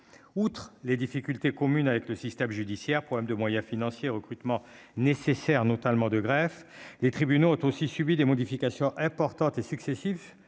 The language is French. outre les difficultés communes avec le système judiciaire, problème de moyens financiers recrutements nécessaires, notamment de greffes des tribunaux ont aussi subi des modifications importantes et successifs